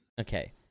Okay